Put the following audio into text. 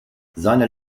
seine